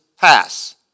pass